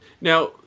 now